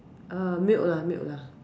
err milk lah milk lah